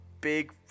big